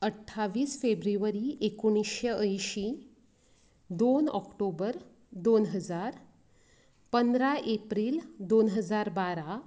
आठ्ठावीस फेब्रुवारी एकोणशें अंयशी दोन ऑक्टोबर दोन हजार पंदरा एप्रील दोन हजार बारा